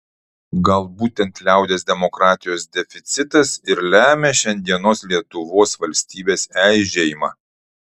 gal būtent liaudies demokratijos deficitas ir lemia šiandienos lietuvos valstybės eižėjimą